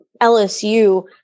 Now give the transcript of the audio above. LSU